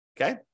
okay